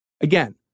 again